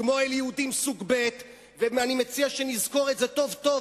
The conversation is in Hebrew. כמו אל יהודים סוג ב'; ואני מציע שנזכור את זה טוב-טוב